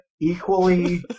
equally